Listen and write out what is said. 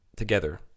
together